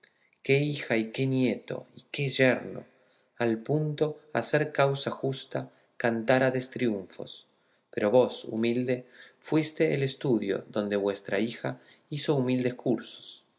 qué hija y qué nieto y qué yerno al punto a ser causa justa cantárades triunfos pero vos humilde fuiste el estudio donde vuestra hija hizo humildes cursos